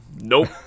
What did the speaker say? Nope